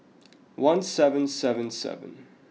one seven seven seven